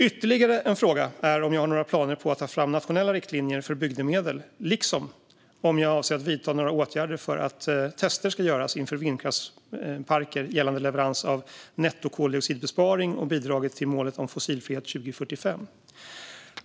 Ytterligare en fråga är om jag har några planer på att ta fram nationella riktlinjer för bygdemedel liksom om jag avser att vidta några åtgärder för att tester ska göras inför vindkraftsparker gällande leverans av nettokoldioxidbesparing och bidraget till målet om fossilfrihet 2045.